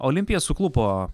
olimpija suklupo